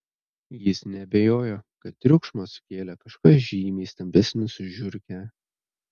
jis neabejojo kad triukšmą sukėlė kažkas žymiai stambesnis už žiurkę